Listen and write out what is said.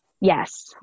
Yes